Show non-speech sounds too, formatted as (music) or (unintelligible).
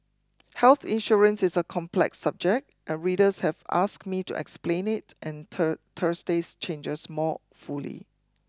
health insurance is a complex subject and readers have asked me to explain it and (unintelligible) Thursday's changes more fully